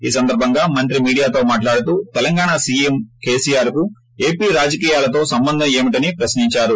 ఈ సందర్భంగా మంత్రి మీడియాతో మాట్లాడుతూ తెలంగాణోసీఎం కేసీఆర్కు ఏపీ రాజకీయాలతో ఏమిటి సంబధమని ప్రశ్నించారు